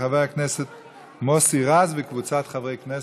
של חבר הכנסת מוסי רז וקבוצת חברי הכנסת.